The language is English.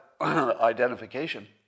identification